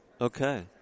okay